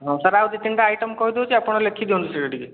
ହଁ ସାର୍ ଆଉ ଦୁଇ ତିନିଟା ଆଇଟମ୍ କହିଦେଉଛି ଆପଣ ଲେଖିଦିଅନ୍ତୁ ସେଇଟା ଟିକେ